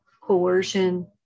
coercion